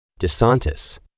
DeSantis